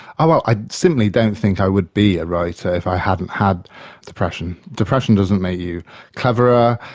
um ah i simply don't think i would be a writer if i hadn't had depression. depression doesn't make you cleverer,